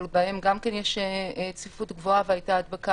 אבל בהם גם כן יש צפיפות גבוהה והייתה הדבקה.